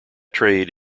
trade